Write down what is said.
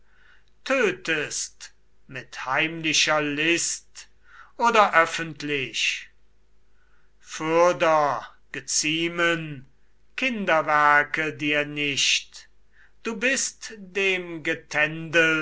tötest mit heimlicher list oder öffentlich fürder geziemen kinderwerke dir nicht du bist dem